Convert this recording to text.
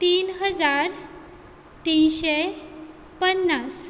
तीन हजार तिनशें पन्नास